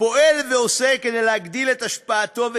פועל ועושה כדי להגדיל את השפעתו וכוחו,